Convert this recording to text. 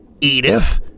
Edith